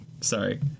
Sorry